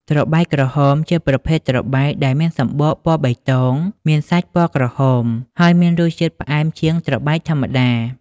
ត្របែកក្រហម ជាប្រភេទត្របែកដែលមានសំបកពណ៌បៃតង មានសាច់ពណ៌ក្រហម ហើយមានរសជាតិផ្អែមជាងត្របែកធម្មតា។